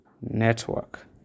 network